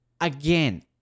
again